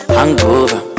Hangover